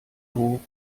hoch